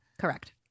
Correct